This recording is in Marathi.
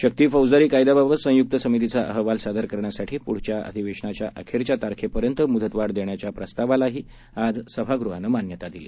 शक्ती फौजदारी कायद्याबाबत संयुक्त समितीचा अहवाल सादर करण्यासाठी पुढच्या अधिवेशनाच्या अखेरच्या तारखेपर्यंत मुदतवाढ देण्याच्या प्रस्तावालाही आज सभागृहानं मान्यता दिली